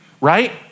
right